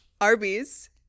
Arby's